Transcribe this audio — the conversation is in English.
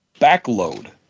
backload